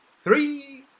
three